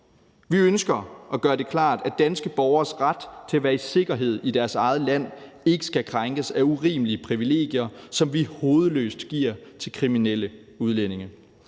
Vi ønsker at gøre det klart, at danske borgeres ret til at være i sikkerhed i deres eget land ikke skal krænkes af urimelige privilegier, som vi hovedløst giver til kriminelle udlændinge.